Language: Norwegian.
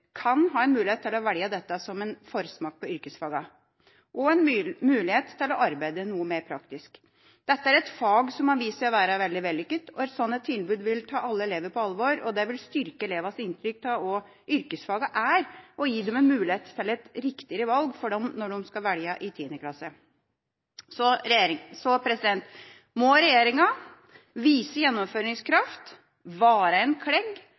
kan ha en mulighet til å velge dette som en forsmak på yrkesfagene og en mulighet til å arbeide noe mer praktisk. Dette er et fag som har vist seg å være veldig vellykket. Et slikt tilbud vil ta alle elever på alvor, og det vil styrke elevenes inntrykk av hva yrkesfagene er, og gi dem en mulighet til å ta et riktigere valg